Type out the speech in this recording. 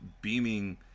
beaming